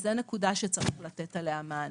זו נקודה שצריך לתת עליה מענה.